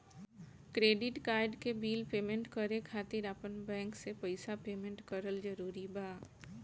Credit card के bill payment करे खातिर आपन बैंक से पईसा पेमेंट करल जरूरी बा?